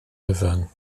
hufen